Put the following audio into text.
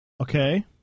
Okay